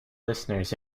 listeners